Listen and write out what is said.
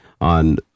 on